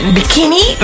Bikini